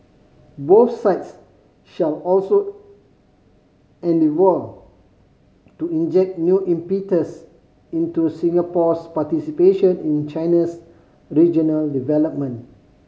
both sides shall also endeavour to inject new impetus into Singapore's participation in China's regional development